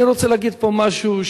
אני רוצה להגיד פה משהו,